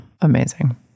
Amazing